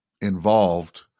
involved